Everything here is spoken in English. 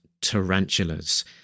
tarantulas